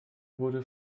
wurde